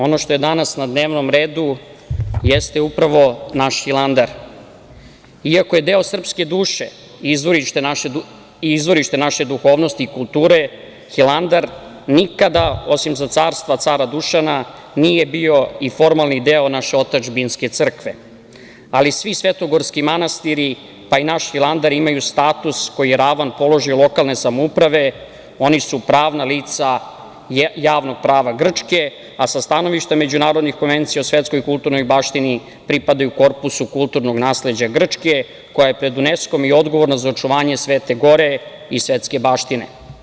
Ono što je danas na dnevnom redu jeste upravo naš Hilandar, iako je deo srpske duše i izvorište naše duhovnosti i kulture, Hilandar nikada osim za carstva cara Dušana nije bio i formalni deo naše otadžbinske crkve, ali svi svetogorski manastiri, pa i naš Hilandar imaju status koji je ravan položaju lokalne samouprave, oni su pravna lica javnog prava Grčke, a sa stanovišta međunarodnih konvencija o svetskoj kulturnoj baštini pripadaju korpusu kulturnog nasleđa Grčke, koja je pred Uneskom odgovorna za očuvanje Svete Gore i svetske baštine.